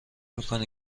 میکنه